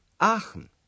Aachen